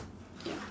ya